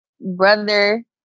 brother